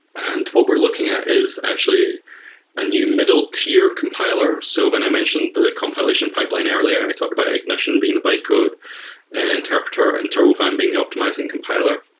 and what we're looking at is actually a new middle tier compiler. so when i mentioned the compilation pipeline earlier, i talked about ignition being the bytecode interpreter and turbofan being the optimizing compiler,